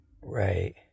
Right